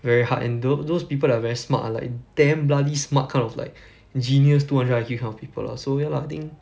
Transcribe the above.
very hard and tho~ those people are very smart ah like damn bloody smart kind of like genius two hundred I_Q that kind of people lah so ya lah I think